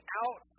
out